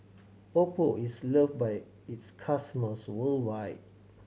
Oppo is loved by its customers worldwide